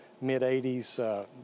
mid-80s